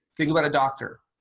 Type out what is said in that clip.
think about a doctor.